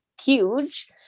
huge